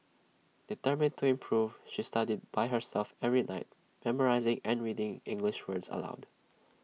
determined to improve she studied by herself every night memorising and reading English words aloud